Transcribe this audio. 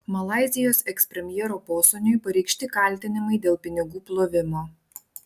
malaizijos ekspremjero posūniui pareikšti kaltinimai dėl pinigų plovimo